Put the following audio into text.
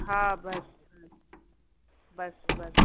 हा बसि बसि बसि